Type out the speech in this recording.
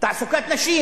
ותעסוקת נשים.